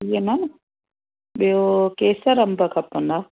मिली वेंदा न ॿियो केसर अंब खपंदा